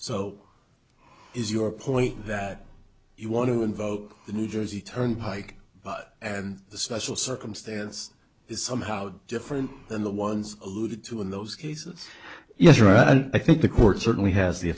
so is your point that you want to invoke the new jersey turnpike and the special circumstance is somehow different than the ones alluded to in those cases yes right and i think the court certainly has the